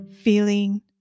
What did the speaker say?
feeling